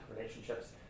relationships